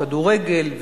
בכדורגל,